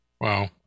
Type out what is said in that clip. Wow